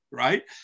right